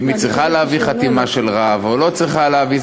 אם היא צריכה להביא חתימה של רב או לא צריכה להביא,